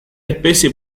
especie